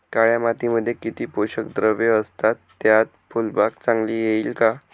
काळ्या मातीमध्ये किती पोषक द्रव्ये असतात, त्यात फुलबाग चांगली येईल का?